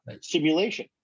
simulation